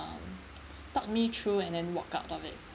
um talk me through and then walk out of it